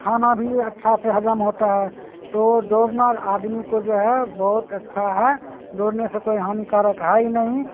کھانا بھی اچھا سے ہضم ہوتا ہے تو دوڑنا آدمی کو جو ہے بہت اچھا ہے دوڑنے سے کوئی ہانی کارک ہے ہی نہیں